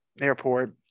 Airport